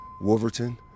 Wolverton